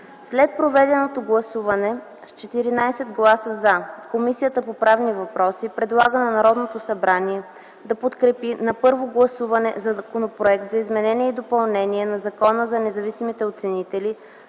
След проведеното гласуване с 14 гласа „за” Комисията по правни въпроси предлага на Народното събрание да подкрепи на първо гласуване Законопроект за изменение и допълнение на Закона за независимите оценители,